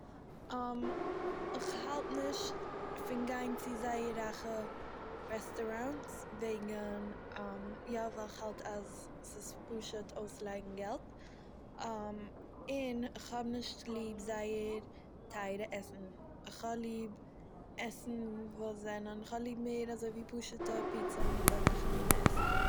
איך האלט נישט פון גיין צו זייער רייכע רעסטוראנטס, וועגן יא, ווייל איך האלט ס'איז פשוט אויסלייגן געלט, און כ'האב נישט ליב זייער טייערע עסן, כ'האב ליב עסן וואס זענען- כ'האב ליב מער אזוי ווי פשוטע פיצא מיט אזאלכע מינע עסן.